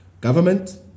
government